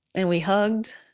and we hugged